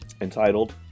entitled